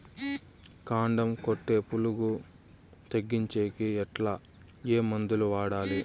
కాండం కొట్టే పులుగు తగ్గించేకి ఎట్లా? ఏ మందులు వాడాలి?